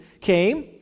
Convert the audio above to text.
came